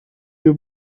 you